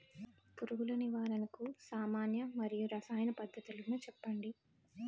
పురుగుల నివారణకు సామాన్య మరియు రసాయన పద్దతులను చెప్పండి?